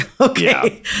Okay